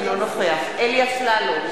אינו נוכח אלי אפללו,